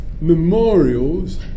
Memorials